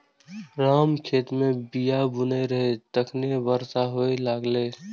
राम खेत मे बीया बुनै रहै, तखने बरसा हुअय लागलै